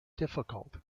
difficult